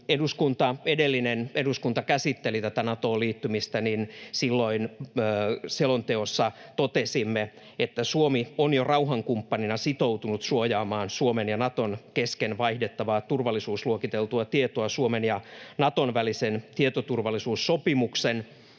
edellinen eduskunta käsitteli Natoon liittymistä, niin silloin selonteossa totesimme, että Suomi on jo rauhankumppanina sitoutunut suojaamaan Suomen ja Naton kesken vaihdettavaa turvallisuusluokiteltua tietoa Suomen ja Naton välisen tietoturvallisuussopimuksen